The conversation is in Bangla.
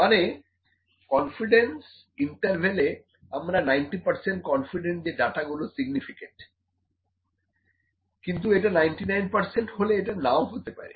মানে 90 কনফিডেন্স ইন্টারভ্যালে আমরা 90 কনফিডেন্ট যে ডাটাগুলো সিগনিফিকেন্ট কিন্তু সেটা 99 হলে এটা নাও হতে পারে